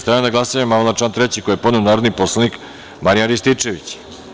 Stavljam na glasanje amandman na član 3. koji je podneo narodni poslanik Marijan Rističević.